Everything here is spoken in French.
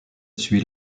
suit